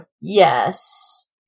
Yes